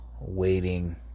waiting